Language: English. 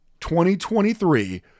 2023